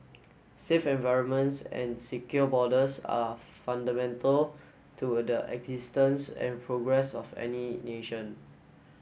safe environments and secure borders are fundamental to the existence and progress of any nation